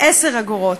10 אגורות.